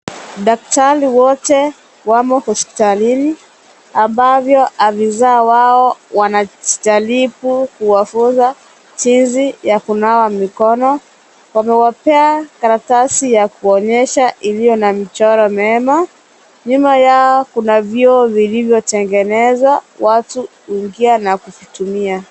Daktari wote wamo hospitalini ambavyo afisa wao anajaribu kuwafunza jinsi ya kunawa mikono, anawapea karatasi yakuonyesha iliyo na michoro mema. Nyuma yao kuna vioo vilivyotengenezwa watu kuingia na kutumia.